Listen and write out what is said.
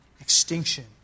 extinction